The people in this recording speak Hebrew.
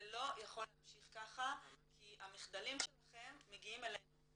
זה לא יכול להמשיך ככה כי המחדלים שלכם מגיעים אלינו.